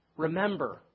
Remember